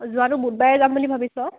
যোৱাটো বুধবাৰে যাম বুলি ভাবিছোঁ আৰু